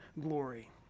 glory